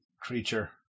creature